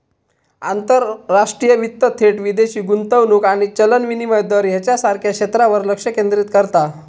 आंतरराष्ट्रीय वित्त थेट विदेशी गुंतवणूक आणि चलन विनिमय दर ह्येच्यासारख्या क्षेत्रांवर लक्ष केंद्रित करता